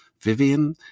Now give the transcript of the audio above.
Vivian